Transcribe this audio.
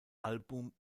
album